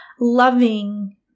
loving